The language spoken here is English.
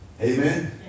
Amen